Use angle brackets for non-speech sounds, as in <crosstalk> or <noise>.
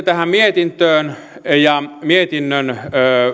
<unintelligible> tähän mietintöön ja mietinnön